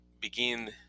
begin